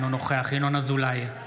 אינו נוכח ינון אזולאי,